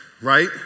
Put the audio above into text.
Right